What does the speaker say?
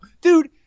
Dude